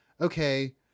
okay